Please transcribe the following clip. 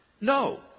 No